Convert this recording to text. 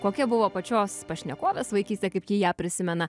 kokia buvo pačios pašnekovės vaikystė kaip ji ją prisimena